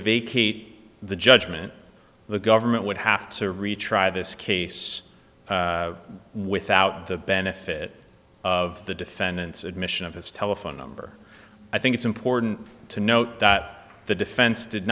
vacate the judgment the government would have to retry this case without the benefit of the defendant's admission of his telephone number i think it's important to note that the defense did